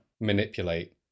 manipulate